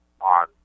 on